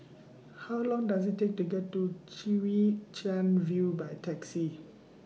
How Long Does IT Take to get to Chwee Chian View By Taxi